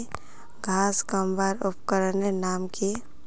घांस कमवार उपकरनेर नाम की?